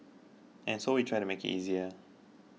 and so we try to make it easier